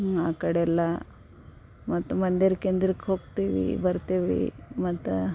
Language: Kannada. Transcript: ಹ್ಞೂ ಆ ಕಡೆಯೆಲ್ಲ ಮತ್ತು ಮಂದಿರಕ್ಕೆ ಗಿಂದಿರಕ್ಕೆ ಹೋಗ್ತೀವಿ ಬರ್ತೀವಿ ಮತ್ತು